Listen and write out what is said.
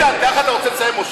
איילת, תוציאו את כולם,